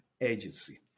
Agency